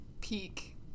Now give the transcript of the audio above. peak